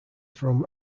from